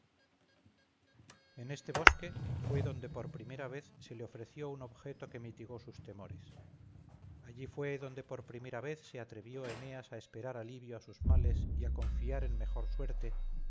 en este bosque fue donde por primera vez se le ofreció un objeto que mitigó sus temores allí fue donde por primera vez se atrevió eneas a esperar alivio a sus males y a confiar en mejor suerte